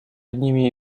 одними